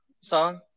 song